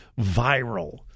viral